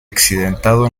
accidentado